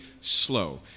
slow